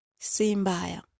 simbaya